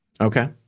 Okay